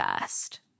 first